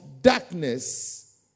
darkness